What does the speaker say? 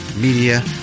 Media